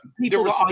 people